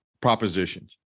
propositions